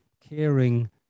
caring